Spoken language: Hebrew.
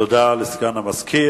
תודה לסגן המזכיר.